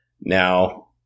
Now